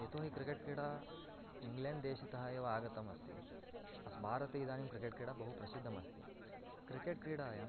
यतो हि क्रिकेट् क्रीडा इङ्ग्लेण्ड् देशतः एव आगतमस्ति अस्ति भारते इदानीं क्रिकेट् क्रीडा बहु प्रसिद्धा अस्ति क्रिकेट् क्रीडायाम्